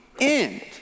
end